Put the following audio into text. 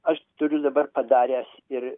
aš turiu dabar padaręs ir